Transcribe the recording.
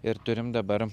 ir turim dabar